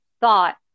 thought